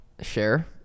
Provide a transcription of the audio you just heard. Share